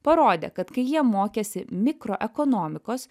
parodė kad kai jie mokėsi mikroekonomikos